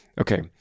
okay